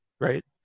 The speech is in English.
right